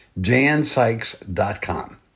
jansykes.com